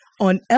on